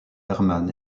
hermann